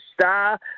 star